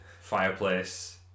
fireplace